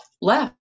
left